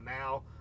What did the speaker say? now